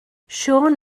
siôn